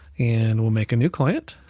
and we'll make a new client,